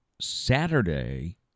Saturday